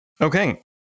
Okay